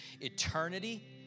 eternity